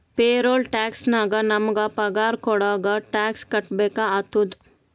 payroll tax ನಾಗ್ ನಮುಗ ಪಗಾರ ಕೊಡಾಗ್ ಟ್ಯಾಕ್ಸ್ ಕಟ್ಬೇಕ ಆತ್ತುದ